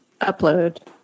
Upload